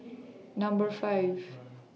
Number five